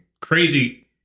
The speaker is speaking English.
crazy